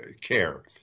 care